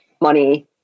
money